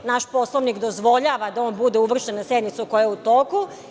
Naš Poslovnik dozvoljava da on bude uvršten na sednicu koja je u toku.